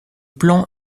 plan